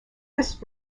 this